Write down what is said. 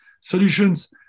solutions